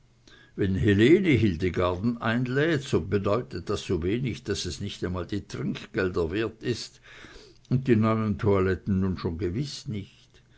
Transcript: wenn helene hildegarden einlädt so bedeutet das so wenig daß es nicht einmal die trinkgelder wert ist und die neuen toiletten nun schon gewiß nicht